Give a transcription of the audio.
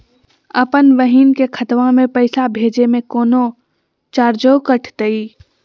अपन बहिन के खतवा में पैसा भेजे में कौनो चार्जो कटतई?